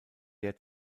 der